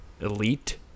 elite